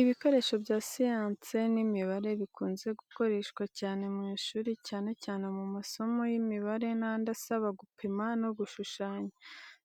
Ibikoresho bya siyansi n'imibare bikunze gukoreshwa cyane mu ishuri cyane cyane mu masomo ya imibare n’andi asaba gupima no gushushanya.